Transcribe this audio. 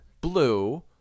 blue